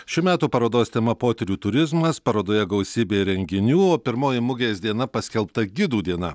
šių metų parodos tema potyrių turizmas parodoje gausybė renginių pirmoji mugės diena paskelbta gidų diena